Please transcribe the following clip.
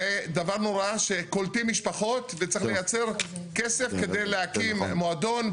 זה דבר נורא שקולטים משפחות וצריך לייצר כסף כדי להקים מועדון,